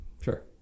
sure